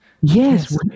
Yes